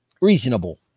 Reasonable